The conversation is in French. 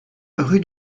rue